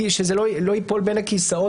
כדי שזה לא ייפול בין הכיסאות,